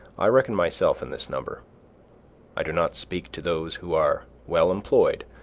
i reckon myself in this number i do not speak to those who are well employed,